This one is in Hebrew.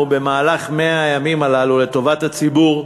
במהלך 100 הימים הללו לטובת הציבור,